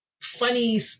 funny